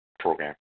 program